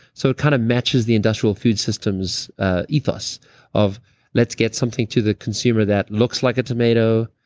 so it kind of matches the industrial food systems ethos of let's get something to the consumer that looks like a tomato,